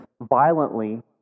violently